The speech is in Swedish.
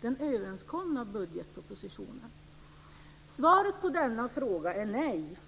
den överenskomna budgetpropositionen? Svaret på denna fråga är nej.